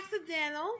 accidental